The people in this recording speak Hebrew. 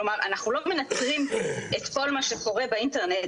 כלומר אנחנו לא מנתרים את כל מה שקורה באינטרנט,